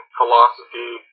philosophy